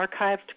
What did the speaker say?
archived